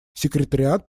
секретариат